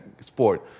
sport